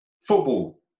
football